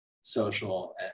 social